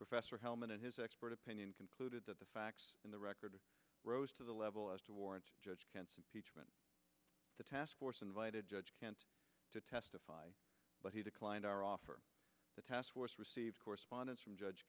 professor hellmann and his expert opinion concluded that the facts in the record rose to the level as to warrant the task force invited to testify but he declined our offer the task force received correspondence from judge